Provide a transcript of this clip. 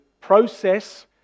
process